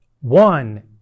one